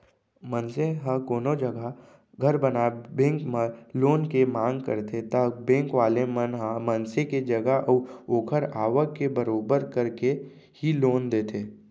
मनसे ह कोनो जघा घर बनाए बर बेंक म लोन के मांग करथे ता बेंक वाले मन ह मनसे के जगा अऊ ओखर आवक के बरोबर करके ही लोन देथे